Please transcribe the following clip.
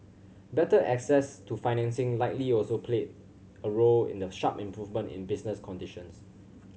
better access to financing likely also played a role in the sharp improvement in business conditions